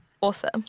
Awesome